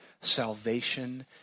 salvation